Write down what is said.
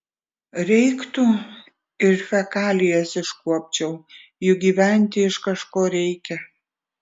reiktų ir fekalijas iškuopčiau juk gyventi iš kažko reikia